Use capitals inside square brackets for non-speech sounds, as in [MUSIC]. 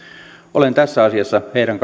olen tässä asiassa heidän [UNINTELLIGIBLE]